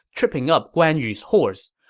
tripping up guan yu's horse.